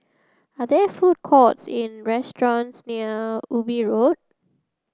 are there food courts in restaurants near Ubi Road